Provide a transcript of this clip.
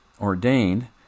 ordained